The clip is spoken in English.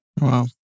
Wow